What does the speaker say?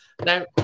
Now